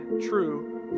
true